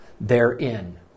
therein